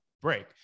break